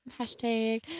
Hashtag